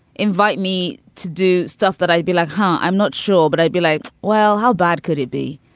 invite me to do stuff that i'd be like, huh? i'm not sure. but i'd be like, well, how bad could it be?